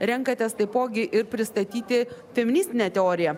renkatės taipogi ir pristatyti feministinę teoriją